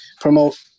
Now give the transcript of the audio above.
promote